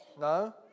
No